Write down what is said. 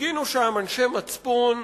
הפגינו שם אנשי מצפון,